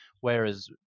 whereas